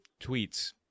tweets